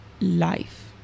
life